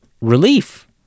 relief